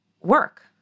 work